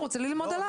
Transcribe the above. הוא רוצה ללמוד עליו.